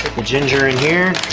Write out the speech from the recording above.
the ginger and here.